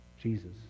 Jesus